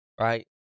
right